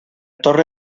torre